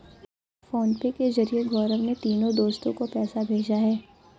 PhonePe के जरिए गौरव ने तीनों दोस्तो को पैसा भेजा है